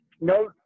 no